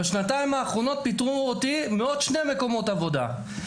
בשנתיים האחרונות פיטרו אותי מעוד שני מקומות עבודה.